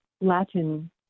Latin